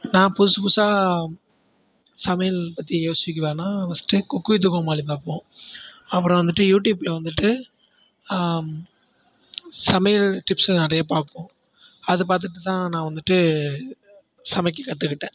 நான் புதுசு புதுசாக சமையல் பற்றி யோசிக்கவேனால் ஃபஸ்ட்டு குக் வித்து கோமாளி பார்ப்போம் அப்புறம் வந்துட்டு யூடியூப்பில் வந்துட்டு சமையல் டிப்ஸு நிறைய பார்ப்போம் அது பார்த்துட்டுதான் நான் வந்துட்டு சமைக்க கற்றுக்கிட்டேன்